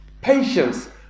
patience